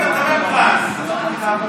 אדוני היושב-ראש,